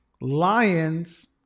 Lions